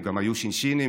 והם גם היו שינשינים,